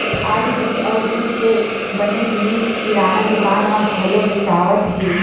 आज दूद अउ दूद के बने जिनिस किराना दुकान म घलो बेचावत हे